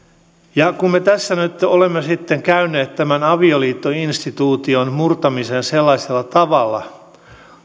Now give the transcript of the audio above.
me tässä nyt olemme sitten käyneet tämän avioliittoinstituution murtamiseen sellaisella tavalla